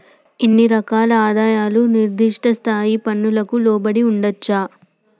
ఇన్ని రకాల ఆదాయాలు నిర్దిష్ట స్థాయి పన్నులకు లోబడి ఉండొచ్చా